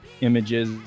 images